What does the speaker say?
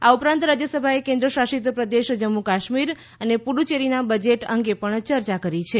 આ ઉપરાંત રાજ્યસભાએ કેન્દ્ર શાસિત પ્રદેશ જમ્મુ કાશ્મીર અને પુડુચ્ચેરીના બજેટ અંગે પણ ચર્ચા કરી છે